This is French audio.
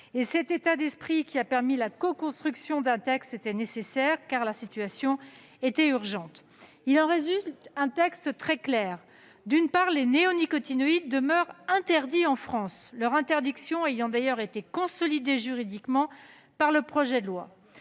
Cet état d'esprit qui a permis la coconstruction d'un texte était nécessaire, car la situation était urgente. Il en résulte un texte très clair. D'une part, les néonicotinoïdes demeurent interdits en France ; leur interdiction a d'ailleurs été consolidée juridiquement par le projet de loi.